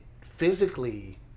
physically